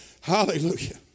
Hallelujah